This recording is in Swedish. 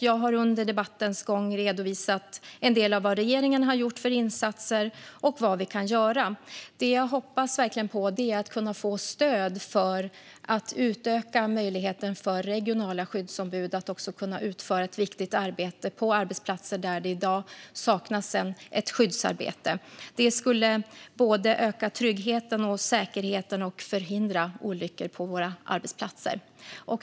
Jag har under debattens gång redovisat en del av de insatser regeringen har gjort och vad vi kan göra. Det jag verkligen hoppas på är att vi ska kunna få stöd för att utöka möjligheten för regionala skyddsombud att utföra ett viktigt arbete på arbetsplatser där det i dag saknas ett skyddsarbete. Det skulle öka tryggheten och säkerheten samt förhindra olyckor på våra arbetsplatser.